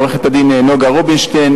עורכת-הדין נגה רובינשטיין,